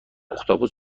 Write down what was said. اختاپوس